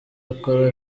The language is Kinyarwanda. akora